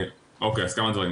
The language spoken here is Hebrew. אוקיי, אז כמה דברים.